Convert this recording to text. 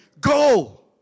go